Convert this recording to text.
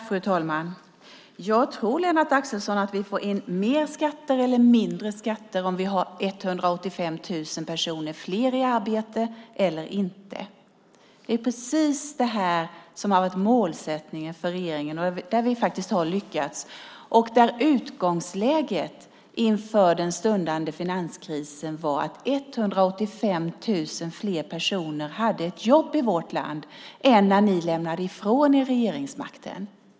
Fru talman! Jag tror, Lennart Axelsson, att vi får in mer skatter om vi har 185 000 personer fler i arbete än om vi inte har det. Det är precis detta som har varit regeringens målsättning, och vi har faktiskt lyckats. Utgångsläget inför den stundande finanskrisen var att 185 000 fler hade ett jobb i vårt land än när ni lämnade ifrån er regeringsmakten.